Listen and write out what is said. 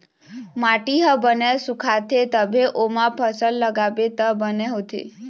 माटी ह बने सुखाथे तभे ओमा फसल लगाबे त बने होथे